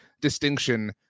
distinction